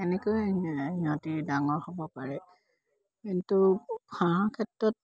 এনেকৈ সিহঁতি ডাঙৰ হ'ব পাৰে কিন্তু হাঁহৰ ক্ষেত্ৰত